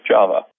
Java